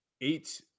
eight